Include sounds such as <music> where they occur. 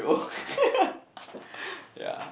<laughs>